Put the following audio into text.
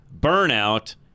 burnout